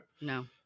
No